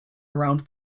around